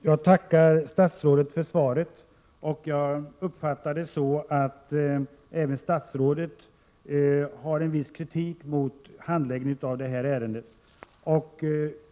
Herr talman! Jag tackar statsrådet för svaret, som jag uppfattar så att även statsrådet har en viss kritik mot handläggningen av ärendet.